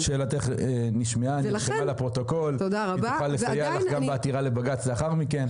שאלתך נשמעה לפרוטוקול והיא תוכל לסייע לך בעתירה לבג"ץ לאחר מכן.